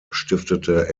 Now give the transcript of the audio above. stiftete